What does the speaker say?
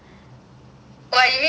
what you mean I can talk lah